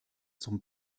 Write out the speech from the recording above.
zum